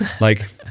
Like-